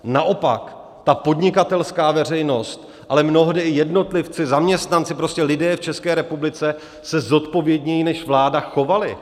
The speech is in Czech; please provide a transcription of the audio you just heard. Naopak, ta podnikatelská veřejnost, ale mnohdy i jednotlivci, zaměstnanci, prostě lidé v České republice se zodpovědněji než vláda chovali.